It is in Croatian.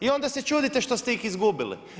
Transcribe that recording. I onda se čudite što ste ih izgubili.